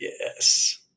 Yes